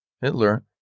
Hitler